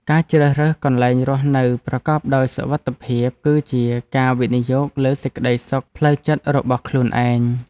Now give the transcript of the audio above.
ការជ្រើសរើសកន្លែងរស់នៅប្រកបដោយសុវត្ថិភាពគឺជាការវិនិយោគលើសេចក្តីសុខផ្លូវចិត្តរបស់ខ្លួនឯង។